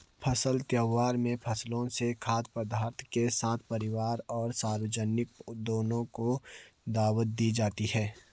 फसल त्योहारों में फसलों से खाद्य पदार्थों के साथ परिवार और सार्वजनिक दोनों को दावत दी जाती है